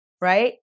right